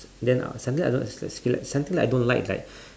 then uh something that I don't s~ like feel like something I don't like like